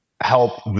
help